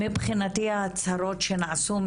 מבחינתי ההצהרות שנעשו,